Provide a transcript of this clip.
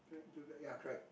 ya correct